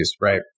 right